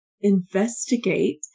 investigate